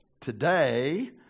today